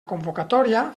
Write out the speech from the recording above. convocatòria